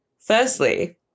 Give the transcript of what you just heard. Firstly